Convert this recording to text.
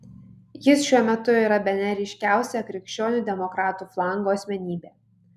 jis šiuo metu yra bene ryškiausia krikščionių demokratų flango asmenybė